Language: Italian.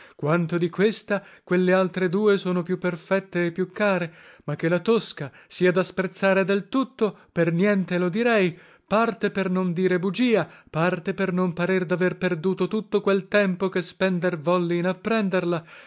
quanto di questa quelle altre due sono più perfette e più care ma che la tosca sia da sprezzare del tutto per niente lo direi parte per non dire bugia parte per non parer daver perduto tutto quel tempo che spender volli in apprenderla